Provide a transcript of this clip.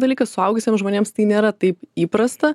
dalykas suaugusiems žmonėms tai nėra taip įprasta